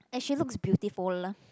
and she looks beautiful